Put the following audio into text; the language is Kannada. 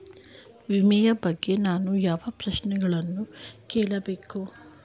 ವಿಮೆಯ ಬಗ್ಗೆ ನಾನು ಯಾವ ಪ್ರಶ್ನೆಗಳನ್ನು ಕೇಳಬೇಕು?